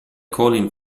colin